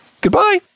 Goodbye